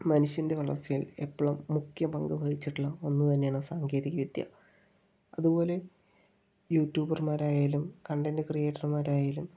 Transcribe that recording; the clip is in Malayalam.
മനുഷ്യൻ്റെ വളർച്ചയിൽ എപ്പോഴും മുഖ്യ പങ്ക് വഹിച്ചിട്ടുള്ള ഒന്നുതന്നെയാണ് സാങ്കേതികവിദ്യ അതുപോലെ യൂടൂബർമാരായാലും കണ്ടെന്റ് ക്രീയേറ്റർമാരായാലും